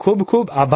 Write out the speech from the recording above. ખુબ ખુબ આભાર